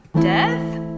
Death